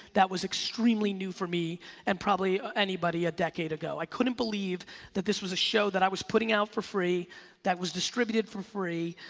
that was extremely new for me and probably anybody a decade ago. i couldn't believe that this was a show that i was putting out for free that was distributed for free,